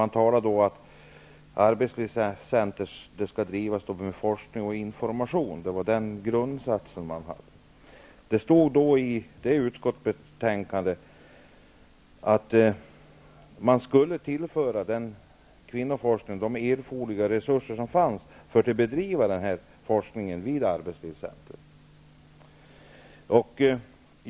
Man talade då om att arbetslivscentrum skall bedriva forskning och information, och det stod i utskottsbetänkandet att arbetslivscentrum skulle tillföras erforderliga resurser för att bedriva forskning med inriktning på kvinnor och arbetsliv.